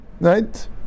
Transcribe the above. right